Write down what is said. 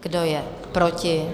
Kdo je proti?